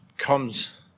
comes